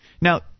Now